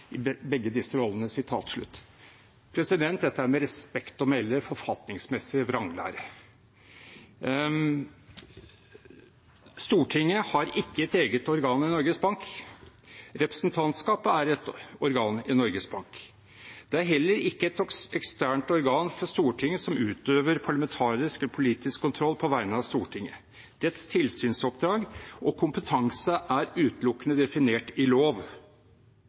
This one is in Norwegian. begge disse rollene.» Dette er med respekt å melde forfatningsmessig vranglære. Stortinget har ikke et eget organ i Norges Bank. Representantskapet er et organ i Norges Bank. Det er heller ikke et eksternt organ for Stortinget som utøver parlamentarisk eller politisk kontroll på vegne av Stortinget. Dets tilsynsoppdrag og kompetanse er utelukkende definert i lov.